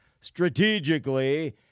strategically